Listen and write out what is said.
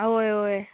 आं वोय वोय